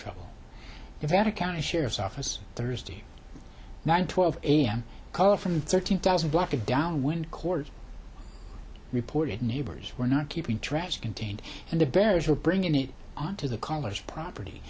trouble if they had a county sheriff's office thursday nine twelve a m call from thirteen thousand block of downwind court reported neighbors were not keeping trash contained and the bears were bringing it on to the college property